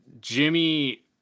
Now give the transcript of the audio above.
Jimmy